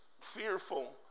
Fearful